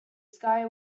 sky